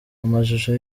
amashusho